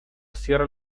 cierra